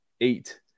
eight